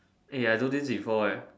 eh I do this before eh